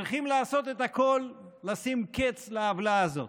צריכים לעשות את הכול ולשים קץ לעוולה הזאת.